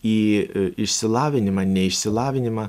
į išsilavinimą neišsilavinimą